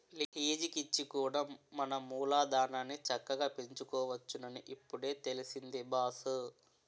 లీజికిచ్చి కూడా మన మూలధనాన్ని చక్కగా పెంచుకోవచ్చునని ఇప్పుడే తెలిసింది బాసూ